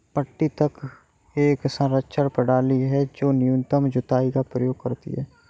पट्टी तक एक संरक्षण प्रणाली है जो न्यूनतम जुताई का उपयोग करती है